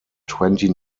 twenty